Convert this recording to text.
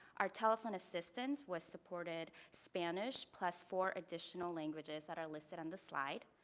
our telephone assistance was supported spanish plus four additional languages that are listed on this slide.